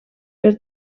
per